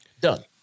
Done